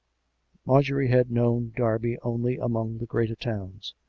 marjorie had known derby only among the greater towns,